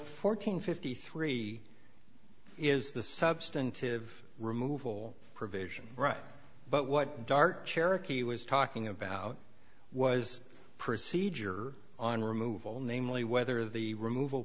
fourteen fifty three it is the substantive removal provision but what dart cherokee was talking about was procedure on removal namely whether the removal